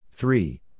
Three